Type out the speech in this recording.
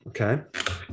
Okay